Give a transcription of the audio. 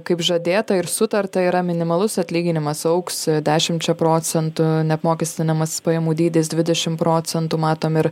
kaip žadėta ir sutarta yra minimalus atlyginimas augs dešimčia procentų neapmokestinamasis pajamų dydis dvidešim procentų matom ir